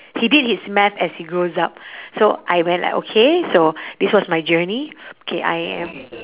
he did his math as he grows up so I went like okay so this was my journey K I am